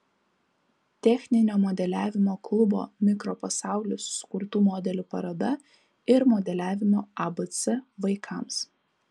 techninio modeliavimo klubo mikropasaulis sukurtų modelių paroda ir modeliavimo abc vaikams